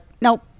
nope